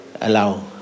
allow